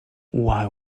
why